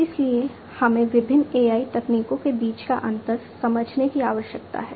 इसलिए हमें विभिन्न AI तकनीकों के बीच का अंतर समझने की आवश्यकता है